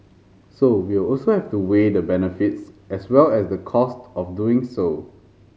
so we'll also have to weigh the benefits as well as the cost of doing so